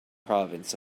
province